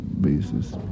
basis